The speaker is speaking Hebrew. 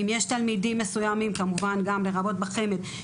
אם יש תלמידים